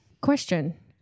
Question